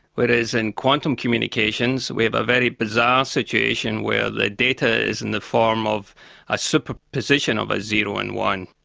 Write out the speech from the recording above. but in quantum communications we have a very bizarre situation where the data is in the form of a superposition of a zero and one.